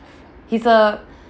he's a